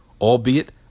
albeit